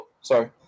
Sorry